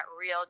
real